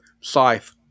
scythe